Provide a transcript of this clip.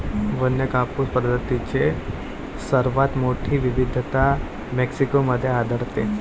वन्य कापूस प्रजातींची सर्वात मोठी विविधता मेक्सिको मध्ये आढळते